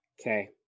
okay